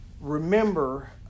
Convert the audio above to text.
remember